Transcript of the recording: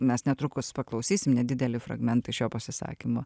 mes netrukus paklausysim nedidelį fragmentą iš jo pasisakymo